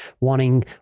wanting